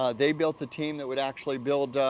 ah they built the team that would actually build,